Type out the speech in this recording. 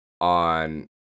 on